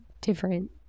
different